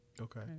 Okay